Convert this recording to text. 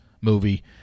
movie